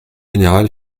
général